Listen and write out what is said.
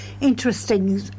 interesting